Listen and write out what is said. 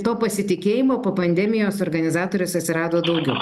to pasitikėjimo po pandemijos organizatorius atsirado daugiau